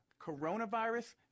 Coronavirus